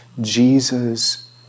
Jesus